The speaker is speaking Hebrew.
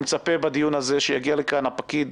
אני מצפה שלדיון הזה יגיע הפקיד.